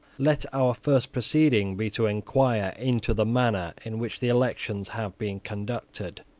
let our first proceeding be to enquire into the manner in which the elections have been conducted.